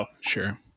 sure